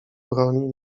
broni